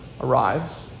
arrives